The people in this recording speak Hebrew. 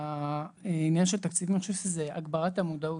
בעניין של התקציבים אני חושב שזו הגברת המודעות.